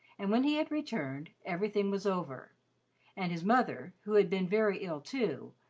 and when he had returned, everything was over and his mother, who had been very ill, too,